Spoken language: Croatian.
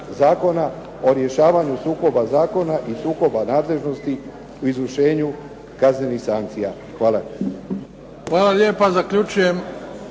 Zakona o rješavanju sukoba zakona i sukoba nadležnosti u izvršenju kaznenih sankcija. Hvala. **Bebić, Luka